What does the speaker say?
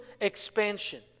expansion